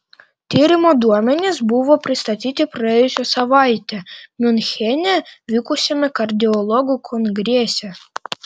tyrimo duomenys buvo pristatyti praėjusią savaitę miunchene vykusiame kardiologų kongrese